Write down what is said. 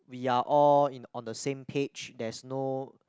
we are all in on the same page there's no